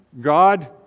God